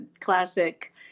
classic